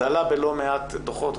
זה עלה בלא מעט דוחות,